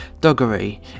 Doggery